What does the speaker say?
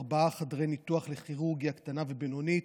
ארבעה חדרי ניתוח לכירורגיה קטנה ובינונית,